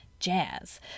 jazz